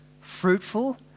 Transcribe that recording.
fruitful